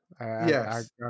Yes